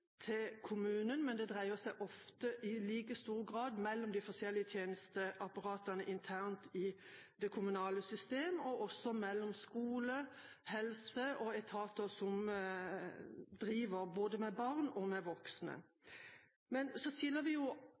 til kommunen, men det dreier seg ofte i like stor grad om informasjon mellom de forskjellige tjenesteapparatene internt i det kommunale systemet og også mellom skole, helsetjenesten og etater som driver både med barn og voksne. Så skiller vi